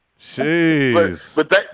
Jeez